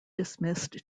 dismissed